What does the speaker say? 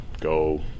go